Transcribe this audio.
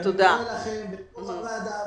ואני מודה לכל חברי הוועדה,